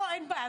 אין בעיה,